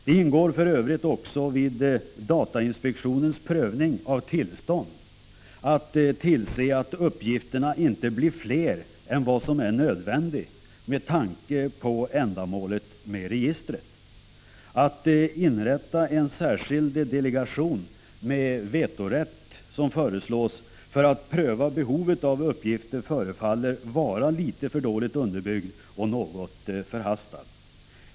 Det ingår för övrigt också i datainspektionens prövning av tillstånd att tillse att uppgifterna inte blir fler än vad som är nödvändigt med tanke på ändamålet med registret. Förslaget att man skulle inrätta en särskild delegation med vetorätt för att pröva behovet av uppgifter förefaller vara litet för dåligt underbyggt och något förhastat.